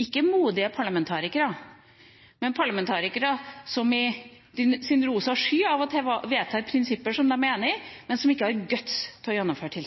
ikke modige parlamentarikere, men parlamentarikere som i sin rosa sky av og til vedtar prinsipper som de er enig i, men som de ikke har guts til å gjennomføre.